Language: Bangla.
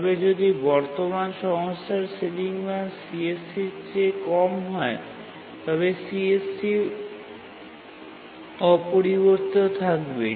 তবে যদি বর্তমান সংস্থার সিলিং মান CSC এর চেয়ে কম হয় তবে CSC অপরিবর্তিত থাকবে